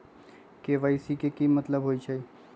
KYC के कि मतलब होइछइ?